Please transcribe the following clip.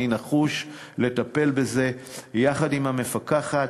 אני נחוש לטפל בזה יחד עם המפקחת.